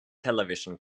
television